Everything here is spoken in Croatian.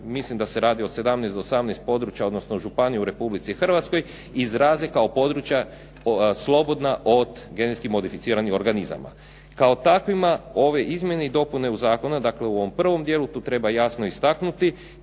mislim da se radi o 17 do 18 područja odnosno županija u Republici Hrvatskoj izraze kao područja slobodna od genetski modificiranih organizama. Kao takvima ove izmjene i dopune ovog zakona, dakle u ovom prvom dijelu tu treba jasno istaknuti